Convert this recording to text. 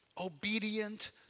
obedient